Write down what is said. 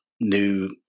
new